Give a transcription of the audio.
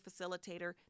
facilitator